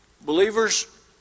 Believers